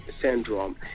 syndrome